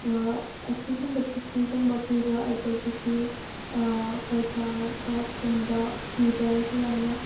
ꯑꯁꯤꯒꯨꯝꯕ ꯆꯤꯊꯤꯒꯨꯝꯕ ꯄꯤꯕ ꯑꯗꯨꯗꯒꯤꯗꯤ ꯀꯩꯀꯥ ꯀꯥꯔꯠꯀꯨꯝꯕ ꯄꯤꯕ ꯑꯁꯤ ꯌꯥꯝꯅ